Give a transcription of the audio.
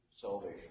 salvation